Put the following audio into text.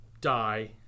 die